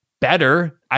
better